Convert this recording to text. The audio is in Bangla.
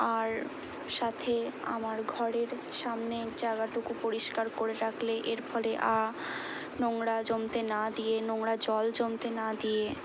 আর সাথে আমার ঘরের সামনের জায়গাটুকু পরিষ্কার করে রাখলে এর ফলে আ নোংরা জমতে না দিয়ে নোংরা জল জমতে না দিয়ে